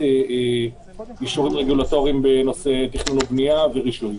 אישורים רגולטוריים בנושא תכנון ובנייה ורישוי.